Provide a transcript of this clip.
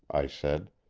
i said.